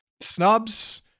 snubs